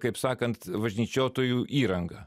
kaip sakant važnyčiotojų įrangą